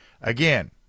Again